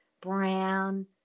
brown